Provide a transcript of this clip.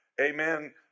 Amen